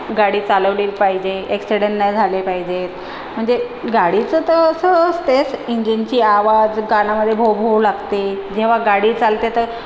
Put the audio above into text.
गाडी चालवली पाहिजे एक्सीडेन नाही झाले पाहिजेत म्हणजे गाडीचं तर असं असतेच इंजिनची आवाज कानामध्ये भोभू लागते जेव्हा गाडी चालते तर